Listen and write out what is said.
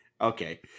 Okay